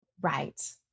Right